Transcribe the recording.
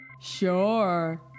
Sure